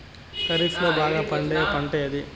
ఖరీఫ్ లో బాగా పండే పంట ఏది?